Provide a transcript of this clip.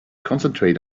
concentrate